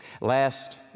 Last